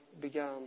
began